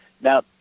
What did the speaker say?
Now